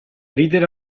ridere